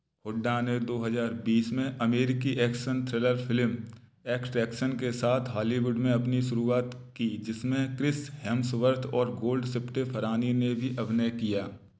हुड्डा ने दो हज़ार बीस में अमेरिकी एक्शन थ्रिलर फिल्म एक्सट्रैक्शन के साथ हॉलीवुड में अपनी शुरुआत की जिसमें क्रिस हेम्सवर्थ और गोल्डशिफ्टे फरहनी ने भी अभिनय किया